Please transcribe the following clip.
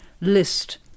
list